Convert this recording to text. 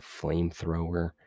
flamethrower